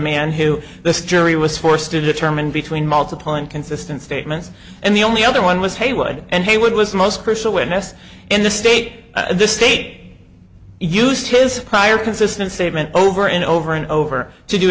man who this jury was forced to determine between multiple inconsistent statements and the only other one was heywood and he would was the most crucial witness in the state the state used his prior consistent statement over and over and over to do